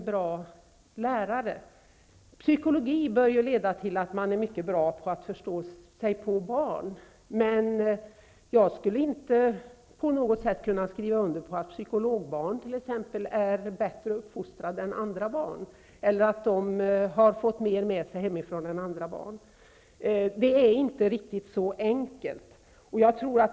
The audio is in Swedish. Att studera psykologi bör ju leda till att man blir bra på att förstå sig på barn. Jag skulle emellertid inte skriva under på att psykologbarn är bättre uppfostrade eller att de har fått mer med sig hemifrån än andra barn. Det är inte riktigt så enkelt.